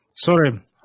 Sorry